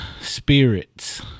spirits